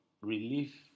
relief